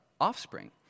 offspring